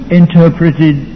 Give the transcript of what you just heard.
interpreted